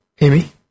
Amy